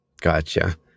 Gotcha